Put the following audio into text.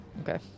Okay